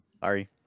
sorry